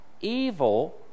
evil